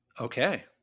Okay